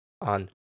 on